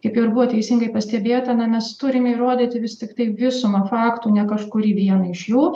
kaip jau ir buvo teisingai pastebėta na mes turime įrodyti vis tiktai visumą faktų ne kažkurį vieną iš jų